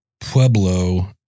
Pueblo